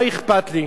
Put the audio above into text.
מה אכפת לי,